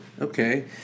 Okay